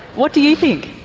what do you think?